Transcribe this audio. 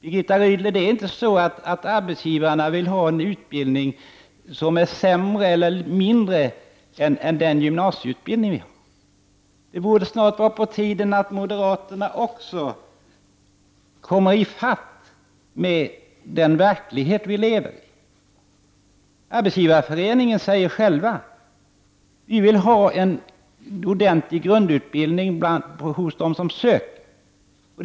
Arbetsgivarna vill inte ha en utbildning, Birgitta Rydle, som är sämre eller på lägre nivå än den gymnasieutbildning som finns i dag. Det borde snarare vara på tiden att moderaterna också kommer i fatt med den verklighet vi lever i. Arbetsgivareföreningen säger själv att man vill ha en ordentlig grundutbildning hos dem som söker arbete.